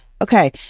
okay